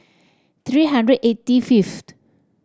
three hundred eighty fifth